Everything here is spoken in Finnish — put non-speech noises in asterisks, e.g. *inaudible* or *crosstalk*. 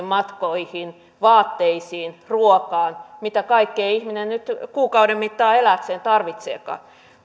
*unintelligible* matkoihin vaatteisiin ruokaan mitä kaikkea ihminen nyt kuukauden mittaan elääkseen tarvitseekaan